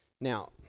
Now